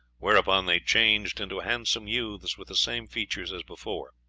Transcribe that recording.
whereupon they changed into handsome youths, with the same features as before.